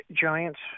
Giants